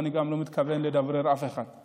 ואני גם לא מתכוון לדברר אף אחד,